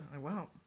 Wow